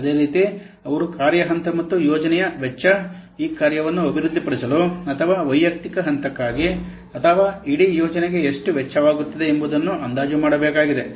ಅದೇ ರೀತಿ ಅವರು ಕಾರ್ಯ ಹಂತ ಮತ್ತು ಯೋಜನೆಯ ವೆಚ್ಚ ಈ ಕಾರ್ಯವನ್ನು ಅಭಿವೃದ್ಧಿಪಡಿಸಲು ಅಥವಾ ವೈಯಕ್ತಿಕ ಹಂತಕ್ಕಾಗಿ ಅಥವಾ ಇಡೀ ಯೋಜನೆಗೆ ಎಷ್ಟು ವೆಚ್ಚವಾಗುತ್ತದೆ ಎಂಬುದನ್ನು ಅಂದಾಜು ಮಾಡಬೇಕಾಗಿದೆ